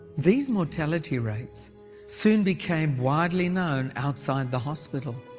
these mortality rates soon became widely known outside the hospital.